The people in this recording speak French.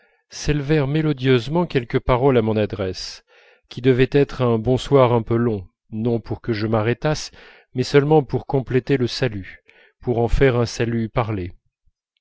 s'élevèrent mélodieusement quelques paroles à mon adresse qui devaient être un bonsoir un peu long non pour que je m'arrêtasse mais seulement pour compléter le salut pour en faire un salut parlé